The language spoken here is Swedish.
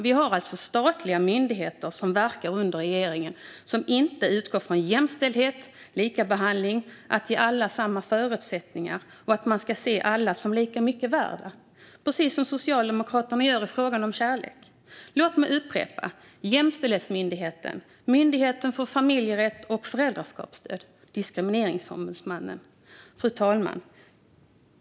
Vi har alltså statliga myndigheter som verkar under regeringen som inte utgår från jämställdhet, likabehandling, att ge alla samma förutsättningar och att man ska se alla som lika mycket värda - så som Socialdemokraterna gör i fråga om kärlek. Låt mig upprepa: Jämställdhetsmyndigheten, Myndigheten för familjerätt och föräldraskapsstöd, Diskrimineringsombudsmannen. Fru talman!